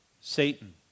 Satan